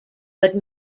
but